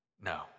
No